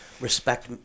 Respect